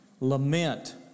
lament